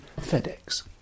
FedEx